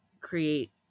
create